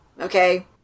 Okay